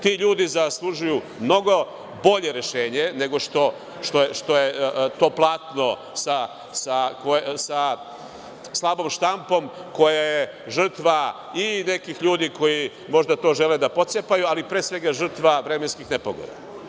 Ti ljudi zaslužuju mnogo bolje rešenje nego što je to platno sa slabom štampom, koje je žrtva i nekih ljudi koji možda to žele da pocepaju, ali pre svega žrtva vremenskih nepogoda.